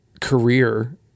career